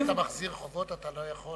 אם אתה מחזיר חובות אז אתה לא יכול